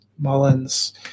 Mullins